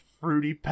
fruity